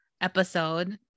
episode